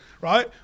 Right